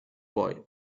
boy